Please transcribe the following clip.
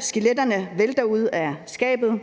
Skeletterne vælter ud af skabet.